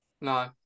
No